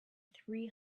three